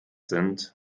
sind